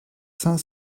cinq